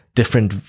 different